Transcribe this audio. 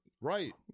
Right